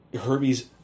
Herbie's